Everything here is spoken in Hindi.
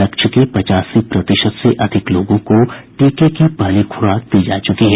लक्ष्य के पचासी प्रतिशत से अधिक लोगों को टीके की पहली खुराक दी जा चुकी है